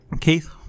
Keith